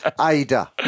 Ada